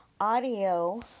audio